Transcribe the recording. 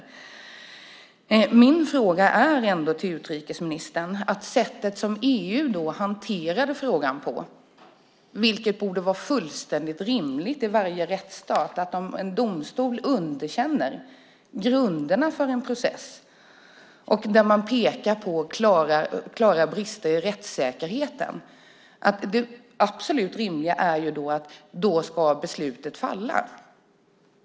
Min fråga till utrikesministern gäller det sätt som EU hanterade frågan på. Det borde vara fullständigt rimligt i varje rättsstat att om en domstol underkänner grunderna för en process och pekar på klara brister i rättssäkerheten ska beslutet falla.